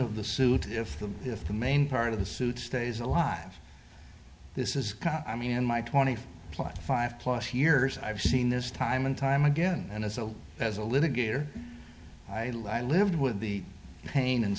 of the suit if the if the main part of the suit stays alive this is i mean in my twenty five plus five plus years i've seen this time and time again and as a as a litigator i lived with the pain and